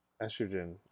estrogen